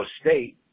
State